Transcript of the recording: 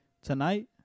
Tonight